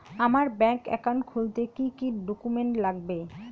আমার bank account খুলতে কি কি ডকুমেন্ট লাগবে?